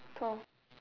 twelve